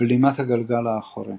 בלימת גלגל אחורי